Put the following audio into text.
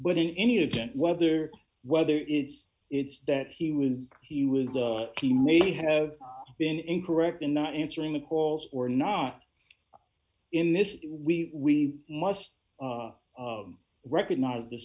but in any event whether whether it's it's that he was he was the he may have been incorrect in not answering the calls or not in this we must recognize the